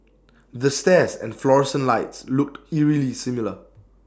the stairs and fluorescent lights look eerily similar